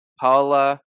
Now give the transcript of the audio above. Paula